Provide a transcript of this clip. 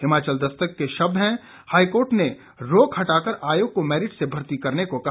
हिमाचल दस्तक के शब्द हैं हाईकोर्ट ने रोक हटाकर आयोग को मैरिट से भर्ती करने को कहा